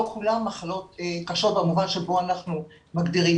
לא כולן מחלות קשות במובן שבו אנחנו מגדירים.